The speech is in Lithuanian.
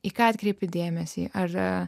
į ką atkreipė dėmesį ar